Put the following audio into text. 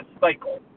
cycle